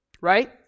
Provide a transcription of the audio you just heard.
right